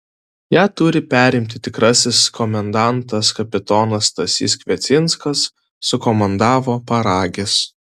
ją turi perimti tikrasis komendantas kapitonas stasys kviecinskas sukomandavo paragis